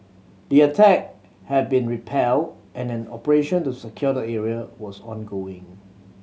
the attack had been repelled and an operation to secure the area was ongoing